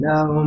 Now